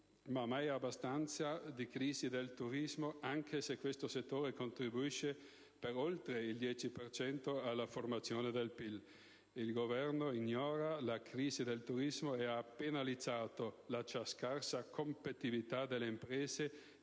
ma mai abbastanza di crisi del turismo, anche se questo settore contribuisce per oltre il 10 per cento alla formazione del PIL. Il Governo ignora la crisi del turismo e ha penalizzato la già scarsa competitività delle imprese